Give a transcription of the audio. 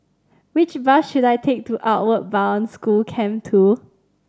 which bus should I take to Outward Bound School Camp Two